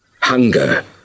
Hunger